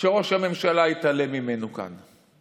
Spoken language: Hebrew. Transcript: שראש הממשלה התעלם ממנו כאן.